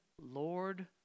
Lord